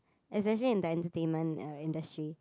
especially in the entertainment uh industry